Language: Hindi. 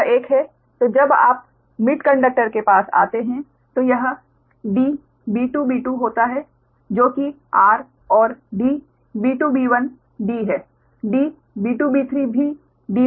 यह एक है तो जब आप मिड कंडक्टर के पास आते हैं तो यह db2b2 होता है जो कि r और db2b1d है db2b3 भी d होता है